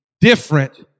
different